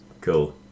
Cool